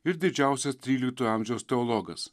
ir didžiausias tryliktojo amžiaus teologas